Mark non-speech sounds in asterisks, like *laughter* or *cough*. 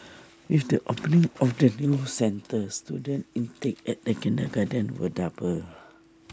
*noise* with the opening of the new centre student intake at the kindergarten will double